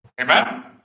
Amen